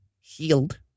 Healed